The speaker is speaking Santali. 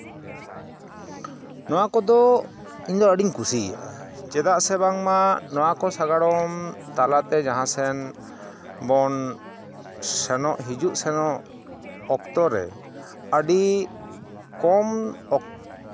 ᱱᱚᱣᱟ ᱠᱚᱫᱚ ᱤᱧᱫᱚ ᱟᱹᱰᱤᱧ ᱠᱩᱥᱤᱭᱟᱜᱼᱟ ᱪᱮᱫᱟᱜ ᱥᱮ ᱵᱟᱝᱢᱟ ᱱᱚᱣᱟ ᱠᱚ ᱥᱟᱜᱟᱲᱚᱢ ᱛᱟᱞᱟᱛᱮ ᱡᱟᱦᱟᱥᱮᱱ ᱵᱚᱱ ᱥᱮᱱᱚᱜ ᱦᱤᱡᱩᱜ ᱥᱮᱱᱚᱜ ᱚᱠᱛᱚ ᱨᱮ ᱟᱹᱰᱤ ᱠᱚᱢ ᱚᱠᱛᱚ